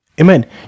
Amen